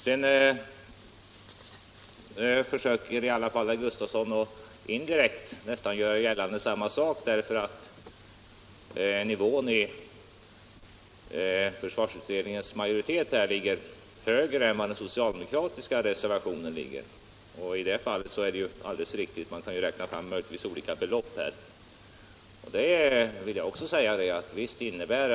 Herr Gustavsson i Eskilstuna gör emellertid indirekt gällande samma sak när han påpekar att försvarsutredningens majoritetsförslag innebär högre kostnader för försvaret än förslaget i den socialdemokratiska reservationen. Det är alldeles riktigt, även om man kanske kan räkna fram olika belopp.